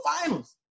finals